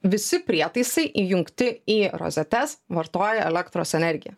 visi prietaisai įjungti į rozetes vartoja elektros energiją